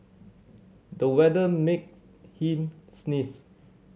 the weather made him sneeze